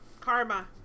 Karma